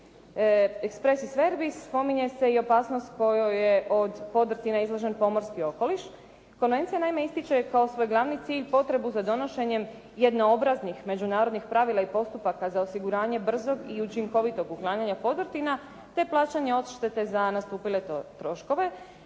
ne razumije./ … spominje se i opasnost kojoj je od podrtina izložen pomorski okoliš. Konvencija naime ističe kao svoj glavni cilj potrebu za donošenjem jednoobraznih međunarodnih pravila i postupaka za osiguranje brzog i učinkovitoga uklanjanja podrtina te plaćanje odštete za nastupile troškove.